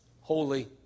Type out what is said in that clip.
holy